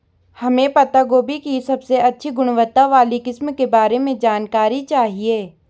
हमें पत्ता गोभी की सबसे अच्छी गुणवत्ता वाली किस्म के बारे में जानकारी चाहिए?